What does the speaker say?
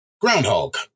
groundhog